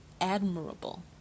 Admirable